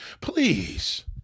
Please